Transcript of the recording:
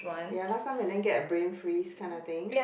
ya last time I then get a brain freeze kind of thing